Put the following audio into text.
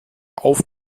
auf